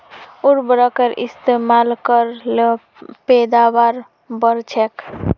उर्वरकेर इस्तेमाल कर ल पैदावार बढ़छेक